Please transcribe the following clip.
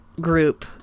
group